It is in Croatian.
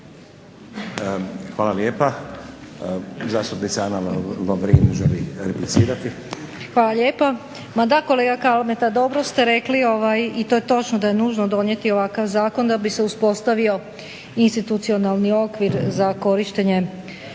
Hvala lijepa. Zastupnica Ana Lovrin želi replicirati. **Lovrin, Ana (HDZ)** Hvala lijepo. Ma da kolega Kalmeta dobro ste rekli i to je točno da je nužno donijeti ovakav zakon da bi se uspostavio institucionalni okvir za korištenje